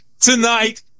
tonight